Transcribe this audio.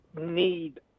need